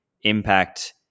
impact